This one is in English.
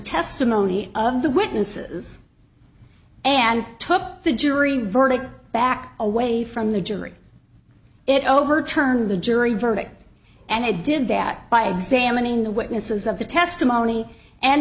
testimony of the witnesses and took the jury verdict back away from the jury it overturned the jury verdict and they did that by examining the witnesses of the testimony and